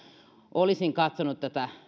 olisin katsonut tätä